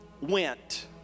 went